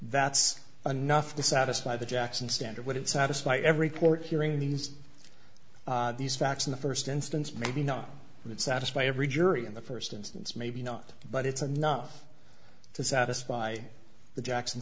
that's anough to satisfy the jackson standard wouldn't satisfy every court hearing these these facts in the first instance maybe not satisfy every jury in the first instance maybe not but it's enough to satisfy the jackson